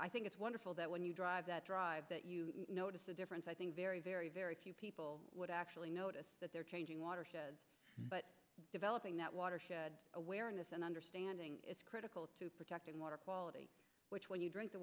i think it's wonderful that when you drive that drive that you notice a difference i think very very very few people would actually notice that they're changing water but developing that water awareness and understanding is critical to protecting water quality which when you drink the